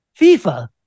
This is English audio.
FIFA